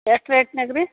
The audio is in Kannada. ಎಷ್ಟು ರೇಟ್ನಾಗ ರೀ